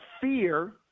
fear